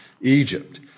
Egypt